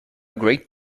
great